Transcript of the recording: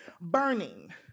burning